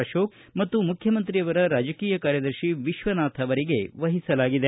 ಅಶೋಕ್ ಮತ್ತು ಮುಖ್ಯಮಂತ್ರಿಯವರ ರಾಜಕೀಯ ಕಾರ್ಯದರ್ಶಿ ವಿಶ್ವನಾಥ್ ಅವರಿಗೆ ವಹಿಸಲಾಗಿದೆ